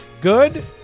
Good